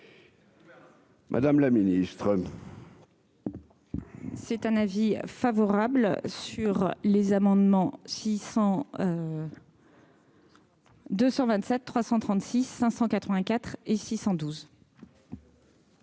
Madame la ministre. C'est un avis favorable sur les amendements six cents. 227 336 584 et 612.